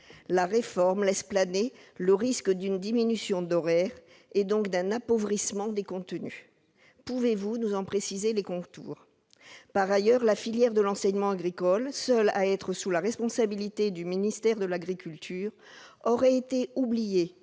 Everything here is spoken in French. La réforme laisse planer le risque d'une diminution d'horaires, donc d'un appauvrissement des contenus. Pouvez-vous nous en préciser les contours ? Par ailleurs, la filière de l'enseignement agricole, seule à être placée sous la responsabilité du ministère de l'agriculture, aurait été oubliée